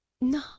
no